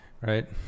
right